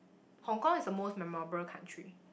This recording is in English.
Hong-Kong is the most memorable country